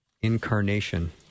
Incarnation